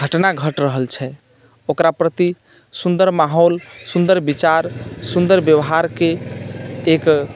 घटना घटि रहल छै ओकरा प्रति सुन्दर माहौल सुन्दर विचार सुन्दर व्यवहारके एक